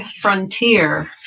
frontier